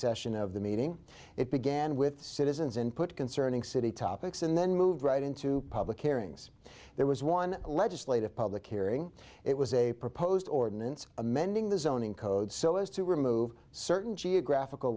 session of the meeting it began with citizens input concerning city topics and then moved right into public hearings there was one legislative public hearing it was a proposed ordinance amending the zoning code so as to remove certain geographical